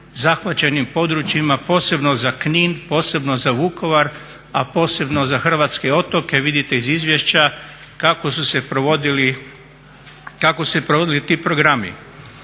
zahvaćenim područjima posebno za Knin, posebno za Vukovar a posebno za hrvatske otoke. Vidite iz izvješća kako su se provodili ti programi.